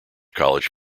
college